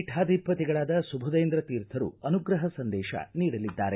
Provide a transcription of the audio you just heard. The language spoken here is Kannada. ಪೀಠಾಧಿಪತಿಗಳಾದ ಸುಬುಧೇಂದ್ರ ತೀರ್ಥರು ಅನುಗ್ರಹ ಸಂದೇಶ ನೀಡಲಿದ್ದಾರೆ